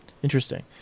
interesting